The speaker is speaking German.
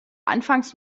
anfangs